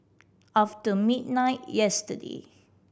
after midnight yesterday